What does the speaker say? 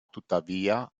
tuttavia